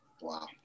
Wow